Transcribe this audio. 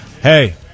hey –